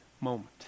moment